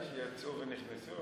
כשיצאו ונכנסו?